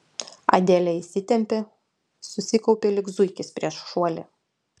adelė įsitempė susikaupė lyg zuikis prieš šuolį